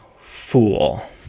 fool